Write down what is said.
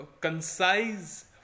concise